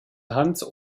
hans